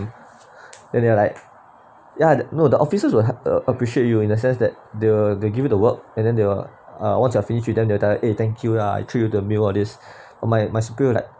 then they are like ya the no the officers will appreciate you in the sense that they'll they give you the work and then they will uh once you're finish with them and thank you lah I treat you meals all this my my superior like